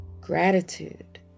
Gratitude